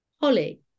Holly